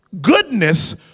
Goodness